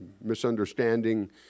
misunderstanding